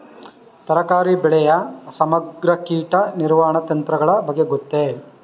ತರಕಾರಿ ಬೆಳೆಯ ಸಮಗ್ರ ಕೀಟ ನಿರ್ವಹಣಾ ತಂತ್ರಗಳ ಬಗ್ಗೆ ಗೊತ್ತೇ?